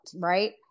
Right